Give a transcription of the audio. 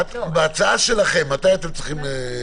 בהצעה שלכם, מתי אתם צריכים?